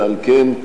ועל כן,